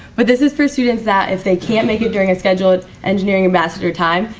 but this is for students that if they can't make it during a scheduled engineering ambassador time,